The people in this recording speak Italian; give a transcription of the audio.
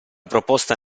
proposta